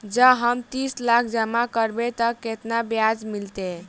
जँ हम तीस लाख जमा करबै तऽ केतना ब्याज मिलतै?